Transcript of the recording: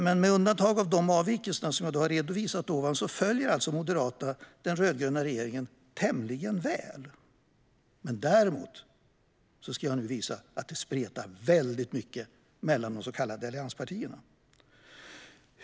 Med undantag av de avvikelser som jag redovisade följer alltså Moderaterna den rödgröna regeringen tämligen väl. Däremot spretar det väldigt mycket mellan allianspartiernas förslag.